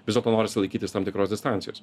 vis dėlto norisi laikytis tam tikros distancijos